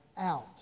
out